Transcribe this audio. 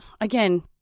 again